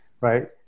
right